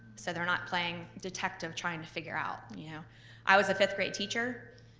so they're not playing detective trying to figure out. you know i was a fifth grade teacher,